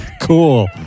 Cool